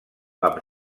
amb